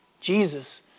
Jesus